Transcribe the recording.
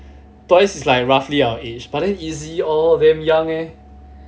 twice is like roughly our age but then itzy all damn young eh